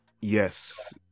Yes